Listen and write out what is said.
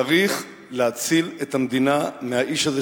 צריך להציל את המדינה מהאיש הזה,